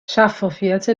شفافیت